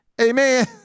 Amen